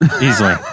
Easily